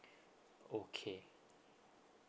okay